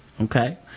Okay